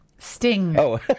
Sting